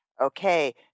okay